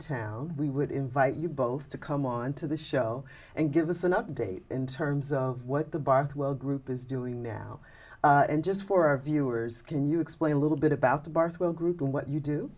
town we would invite you both to come on to the show and give us an update in terms of what the bardwell group is doing now and just for our viewers can you explain a little bit about the birth well group and what you do